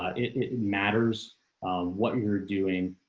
it matters what you're doing,